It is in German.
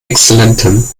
exzellentem